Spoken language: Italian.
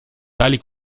tali